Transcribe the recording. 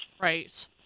Right